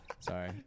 Sorry